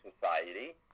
society